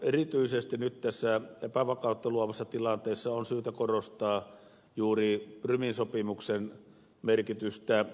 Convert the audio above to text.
erityisesti nyt tässä epävakautta luovassa tilanteessa on syytä korostaa juuri prumin sopimuksen merkitystä